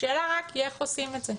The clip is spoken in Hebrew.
השאלה היא רק איך עושים את זה.